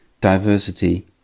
diversity